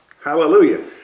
Hallelujah